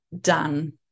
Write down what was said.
done